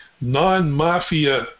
non-mafia